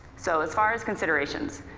so, as far as considerations,